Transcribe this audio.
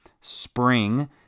Spring